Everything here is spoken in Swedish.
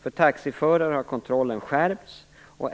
För taxiförare har kontrollen skärpts.